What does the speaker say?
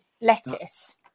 lettuce